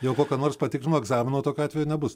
jau kokio nors patikrino egzamino tokiu atveju nebus